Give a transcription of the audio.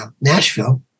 Nashville